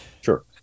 Sure